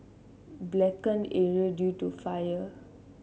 blackened area due to the fire